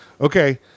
Okay